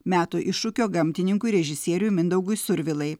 metų iššūkio gamtininkui režisieriui mindaugui survilai